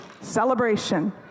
celebration